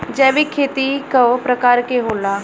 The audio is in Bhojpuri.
जैविक खेती कव प्रकार के होला?